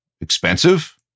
expensive